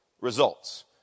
results